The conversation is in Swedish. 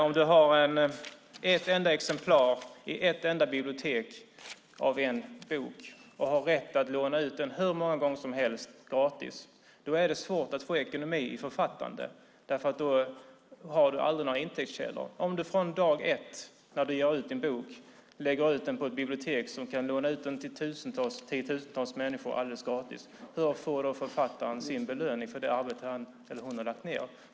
Om du har ett enda exemplar av en bok i ett enda bibliotek och har rätt att låna ut den hur många gånger som helst, gratis, är det svårt att få ekonomi i författandet eftersom du då inte har några inkomstkällor. Om du från dag ett, när du ger ut din bok, lägger ut den på ett bibliotek som kan låna ut den till tiotusentals människor alldeles gratis, hur får då författaren sin belöning för det arbete som han eller hon lagt ned?